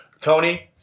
Tony